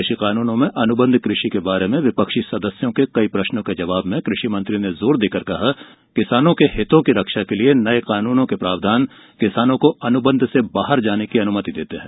कृषि कानूनों में अनुबंध कृषि के बारे में विपक्षी सदस्यों के कई प्रश्नोष के जवाब में कृषिमंत्री ने जोर देकर कहा कि किसानों के हितों की रक्षा के लिए नए कानूनों के प्रावधान किसानों को अनुबंध से बाहर जाने की अनुमति देते हैं